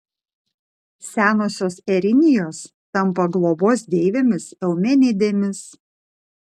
senosios erinijos tampa globos deivėmis eumenidėmis